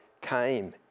came